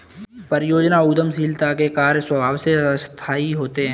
परियोजना उद्यमशीलता के कार्य स्वभाव से अस्थायी होते हैं